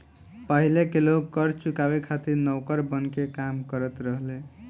पाहिले के लोग कर चुकावे खातिर नौकर बनके काम करत रहले